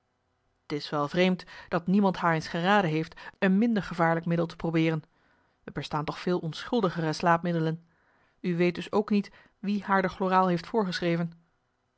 t is wel vreemd dat niemand haar eens geraden heeft een minder gevaarlijk middel te probeeren er bestaan toch veel onschuldigere slaapmiddelen u weet dus ook niet wie haar de chloraal heeft voorgeschreven